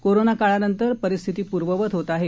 corona काळानंतर आता परिस्थिती पूर्ववत होत आहे